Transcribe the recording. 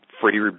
Free